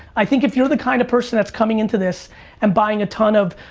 i think if you're the kind of person that's coming into this and buying a ton of,